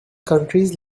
countries